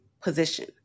position